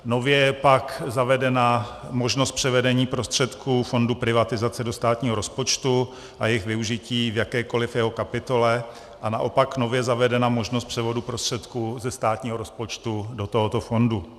Nově je pak zavedena možnost převedení prostředků fondu privatizace do státního rozpočtu a jejich využití v jakékoliv jeho kapitole a naopak nově zavedena možnost převodu prostředků ze státního rozpočtu do tohoto fondu.